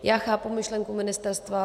Já chápu myšlenku ministerstva.